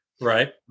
Right